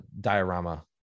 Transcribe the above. diorama